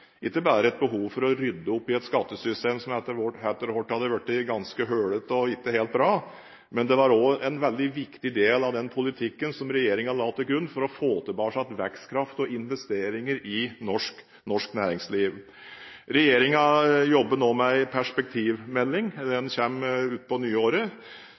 ikke bare behov for å rydde opp i et skattesystem som etter hvert hadde blitt ganske hullete og ikke helt bra, men det var også en veldig viktig del av den politikken som regjeringen la til grunn for å få tilbake vekstkraft og investeringer i norsk næringsliv. Regjeringen jobber nå med en perspektivmelding. Den kommer utpå nyåret.